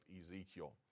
Ezekiel